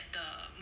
the